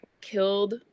killed